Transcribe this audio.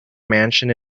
mansion